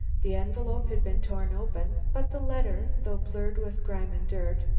the envelope had been torn open, but the letter, though blurred with grime and dirt,